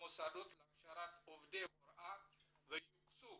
במוסדות להכשרת עובדי הוראה ויוקצו